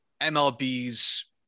MLB's